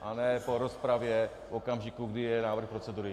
A ne po rozpravě v okamžiku, kdy je návrh procedury.